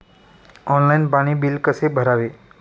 Online पाणी bill कसे भरावे?